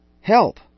help